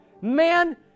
man